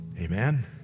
amen